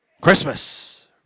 Christmas